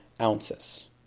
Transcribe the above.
ounces